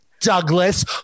Douglas